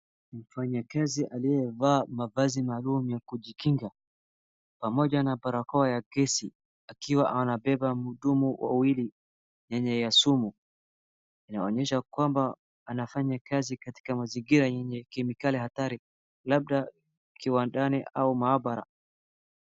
Mfanyakazi aliyevaa mavazi maalum ya kujikinga pamoja na barakoa ya gesi akiwa anabeba madumu wawili yenye ya sumu. Inaonyesha kwamba anafanyakazi katika mazingira yenye kemikali hatari, labda kiwandani au maabara.